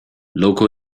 local